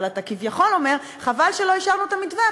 אבל אתה כביכול אומר: חבל שלא אישרנו את המתווה,